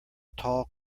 tall